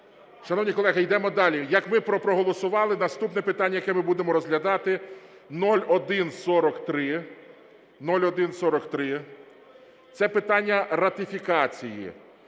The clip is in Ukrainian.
Шановні колеги, йдемо далі, як ми й проголосували, наступне питання, яке ми будемо розглядати, 0143. 0143 – це питання ратифікації.